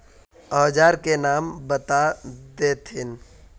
औजार के नाम बता देथिन?